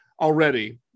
already